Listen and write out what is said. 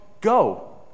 go